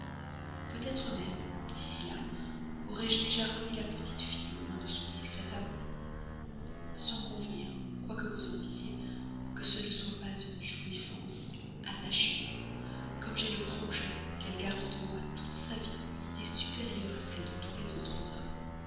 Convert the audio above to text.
peut-être même dici là aurai-je déjà remis la petite fille aux mains de son discret amant sans convenir quoi que vous en disiez que ce ne soit pas une jouissance attachante comme j'ai le projet qu'elle garde de moi toute sa vie une idée supérieure à celle de tous les autres hommes